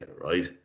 right